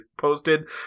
posted